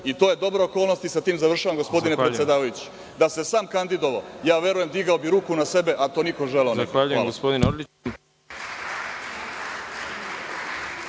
i to je dobra okolnost i sa tim završavam gospodine predsedavajući. Da se sam kandidovao, ja verujem digao bih ruku na sebe, a to niko želeo